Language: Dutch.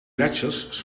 gletsjers